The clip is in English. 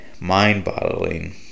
mind-boggling